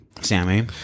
Sammy